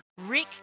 Rick